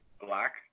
black